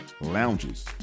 lounges